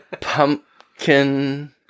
pumpkin